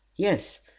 Yes